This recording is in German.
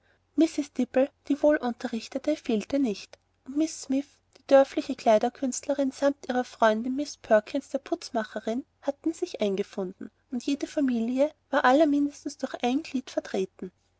die wohlunterrichtete fehlte nicht und miß smiff die dörfliche kleiderkünstlerin samt ihrer freundin miß perkins der putzmacherin hatte sich eingefunden und jede familie war allermindestens durch ein glied vertreten